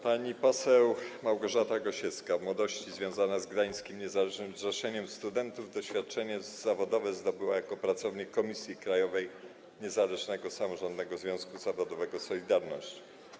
Pani poseł Małgorzata Gosiewska, w młodości związana z gdańskim Niezależnym Zrzeszeniem Studentów, doświadczenie zawodowe zdobyła jako pracownik Komisji Krajowej Niezależnego Samorządnego Związku Zawodowego „Solidarność”